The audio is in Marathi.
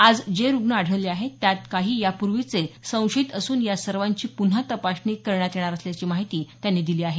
आज जे रुग्ण आढळले आहेत त्यात काही यापुर्वीचे संशयित असून या सर्वांची पुन्हा तपासणी करण्यात येणार असल्याची माहिती त्यांनी दिली आहे